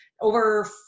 over